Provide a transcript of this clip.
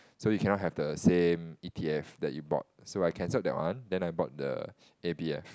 so you cannot have the same e_t_f that you bought so I cancelled that one then I bought the a_b_f